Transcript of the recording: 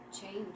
change